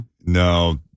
No